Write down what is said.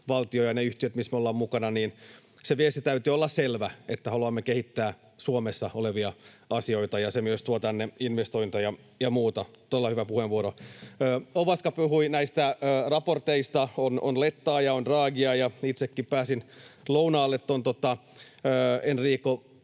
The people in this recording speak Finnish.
valtion ja niiden yhtiöiden, missä me olemme mukana, viestin täytyy olla selvä — haluamme kehittää Suomessa olevia asioita — ja se myös tuo tänne investointeja ja muuta. Todella hyvä puheenvuoro. Ovaska puhui näistä raporteista — on Lettaa ja on Draghia — ja itsekin pääsin lounaalle Enrico